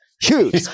Huge